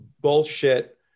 bullshit